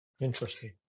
Interesting